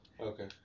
Okay